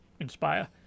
inspire